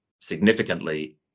significantly